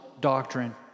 doctrine